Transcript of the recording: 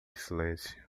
silêncio